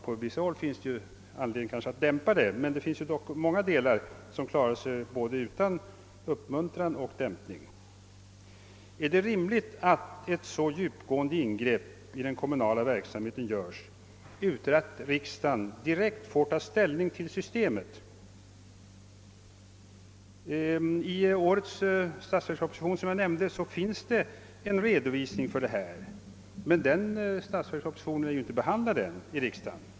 På vissa håll finns det kanske anledning att dämpa lokaliseringspolitiken, men i många delar av landet klarar man sig ändå utan både uppmuntran och dämpning. Är det då rimligt att ett så djupgående ingrepp i den kommunala verksamheten göres utan att riksdagen direkt får ta ställning till systemet? I årets statsverksproposition finns det, som jag nämnde, en redovisning, men denna del av statsverkspropositionen har ännu inte behandlats i riksdagen.